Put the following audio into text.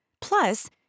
Plus